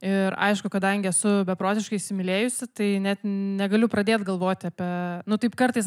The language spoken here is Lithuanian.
ir aišku kadangi esu beprotiškai įsimylėjusi tai net negaliu pradėt galvoti apie nu taip kartais